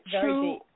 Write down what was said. true